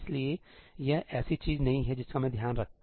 इसलिए यह ऐसी चीज नहीं है जिसका मैं ध्यान रख सकूं